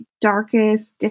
darkest